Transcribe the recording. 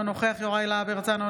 אינו נוכח יוראי להב הרצנו,